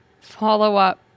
follow-up